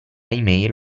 email